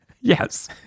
Yes